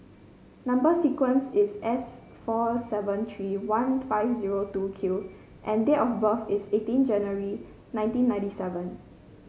number sequence is S four seven three one five zero two Q and date of birth is eighteen January nineteen ninety seven